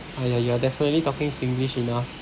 !aiya! you are definitely talking singlish enough